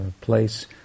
place